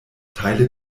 teile